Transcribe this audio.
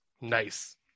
nice